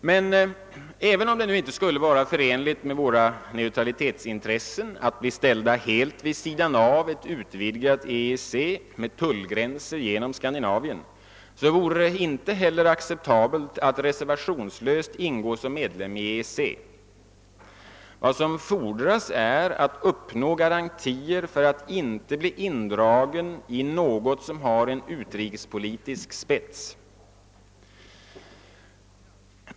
Men även om det nu inte skulle vara förenligt med våra neutralitetsintressen att bli ställda helt vid sidan om ett utvidgat EEC med tullgränser genom Skandinavien vore det inte heller acceptabelt att reservationslöst ingå som medlem i EEC. Vad som fordras är att uppnå garantier för att inte bli indragna i något som har en utrikespolitisk spets.